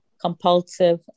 compulsive